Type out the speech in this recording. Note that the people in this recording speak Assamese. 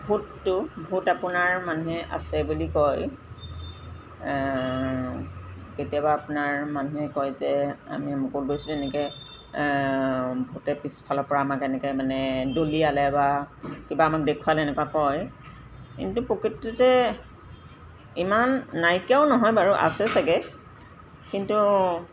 ভূতটো ভূত আপোনাৰ মানুহে আছে বুলি কয় কেতিয়াবা আপোনাৰ মানুহে কয় যে আমি অমুকত গৈছিলোঁ এনেকৈ ভূতে পিছফালৰপৰা আমাক এনেকৈ মানে দলিয়ালে বা কিবা আমাক দেখুৱালে এনেকুৱা কয় কিন্তু প্ৰকৃতিতে ইমান নাইকিয়াও নহয় বাৰু আছে চাগে কিন্তু